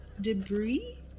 debris